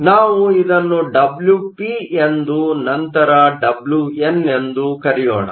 ಆದ್ದರಿಂದ ನಾವು ಇದನ್ನು Wp ಎಂದು ನಂತರ Wn ಎಂದು ಕರೆಯೋಣ